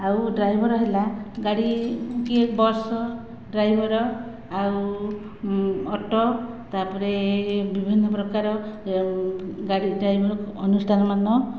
ଆଉ ଡ୍ରାଇଭର ହେଲା ଗାଡ଼ି କିଏ ବସ ଡ୍ରାଇଭର ଆଉ ଅଟୋ ତାପରେ ବିଭିନ୍ନ ପ୍ରକାର ଗାଡ଼ି ଡ୍ରାଇଭର ଅନୁଷ୍ଠାନମାନ